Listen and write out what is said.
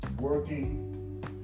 working